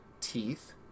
Teeth